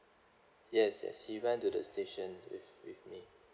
yes yes he went to the station with with me